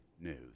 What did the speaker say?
news